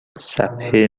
صحفه